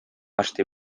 arsti